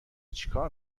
چیکار